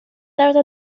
tarda